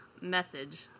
Message